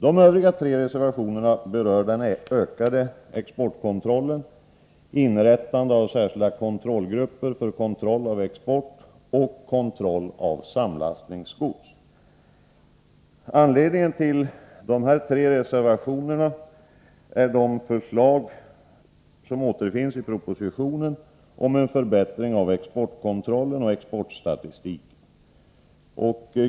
De övriga tre reservationerna berör den ökade exportkontrollen, inrättande av särskilda kontrollgrupper för kontroll av export och av samlastningsgods. Anledningen till dessa tre reservationer är de förslag som återfinns i propositionen om en förbättring av exportkontrollen och exportstatistiken.